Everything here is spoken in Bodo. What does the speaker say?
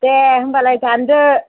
दे होनबालाय दानदो